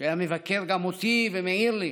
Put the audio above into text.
היה מבקר גם אותי ומעיר לי